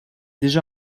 déjà